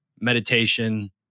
meditation